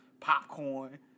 popcorn